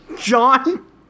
John